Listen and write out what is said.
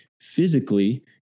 physically